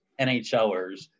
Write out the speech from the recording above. nhlers